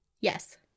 Yes